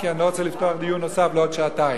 כי אני לא רוצה לפתוח דיון נוסף לעוד שעתיים.